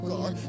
God